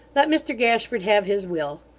let mr gashford have his will.